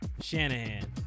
Shanahan